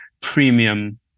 premium